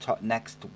next